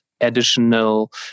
additional